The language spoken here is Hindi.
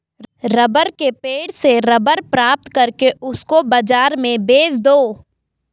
रबर के पेड़ से रबर प्राप्त करके उसको बाजार में बेच दो